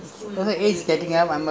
after you cannot remember certain things